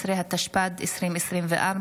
18), התשפ"ד 2024,